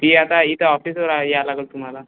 पीय आता इथं ऑफिसजवळ आहे यावं लागेल तुम्हाला